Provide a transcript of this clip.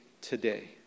today